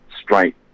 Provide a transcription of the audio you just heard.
straight